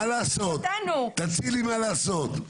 תציעי לי מה לעשות.